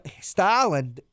Stalin